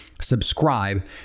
Subscribe